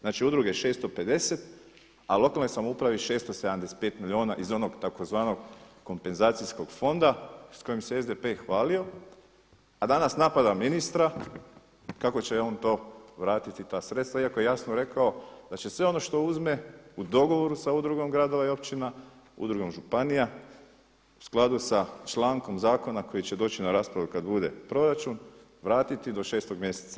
Znači udruge 650, a lokalnoj samoupravi 675 milijuna iz onog tzv. kompenzacijskog fonda s kojim se SDP hvalio, a danas napada ministra kako će on to vratiti ta sredstva iako je jasno rekao da će sve ono što uzme u dogovoru sa Udrugom gradova i općina, Udrugom županija u skladu sa člankom zakona koji će doći na raspravu kad bude proračun vratiti do šestog mjeseca.